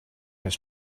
his